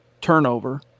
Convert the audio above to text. turnover